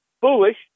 foolish